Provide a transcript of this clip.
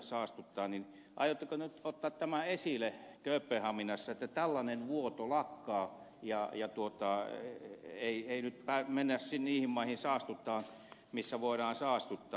aiotteko nyt ottaa tämän esille kööpenhaminassa että tällainen vuoto lakkaa eikä nyt mennä niihin maihin saastuttamaan missä voidaan saastuttaa